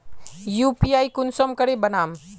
UPI कुंसम करे बनाम?